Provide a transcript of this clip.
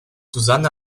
susanne